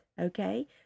okay